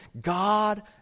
God